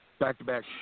back-to-back